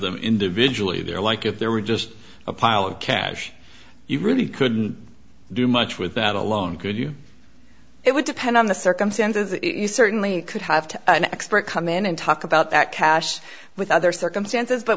them individually they're like if there were just a pile of cash you really couldn't do much with that alone could you it would depend on the circumstances you certainly could have to an expert come in and talk about that cash with other circumstances but